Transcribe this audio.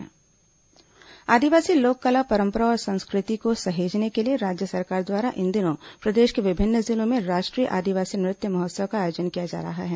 आदिवासी नृत्य महोत्सव आदिवासी लोक कला परम्परा और संस्कृति को सहेजने के लिए राज्य सरकार द्वारा इन दिनों प्रदेश के विभिन्न जिलों में राष्ट्रीय आदिवासी नृत्य महोत्सव का आयोजन किया जा रहा है